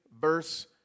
verse